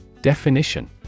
Definition